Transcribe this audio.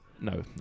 No